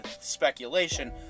speculation